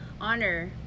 honor